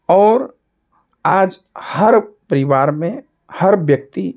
और आज हर परिवार में हर व्यक्ति